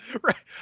Right